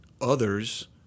others